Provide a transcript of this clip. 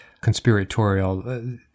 conspiratorial